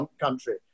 country